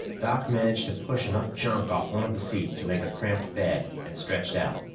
doc managed to push enough junk off one of the seats to make a cramped bed, and stretched out.